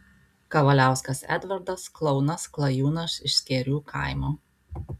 kavaliauskas edvardas klounas klajūnas iš skėrių kaimo